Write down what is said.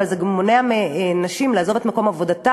אבל זה גם ימנע מנשים לעזוב את מקום עבודתן.